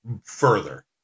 further